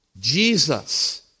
Jesus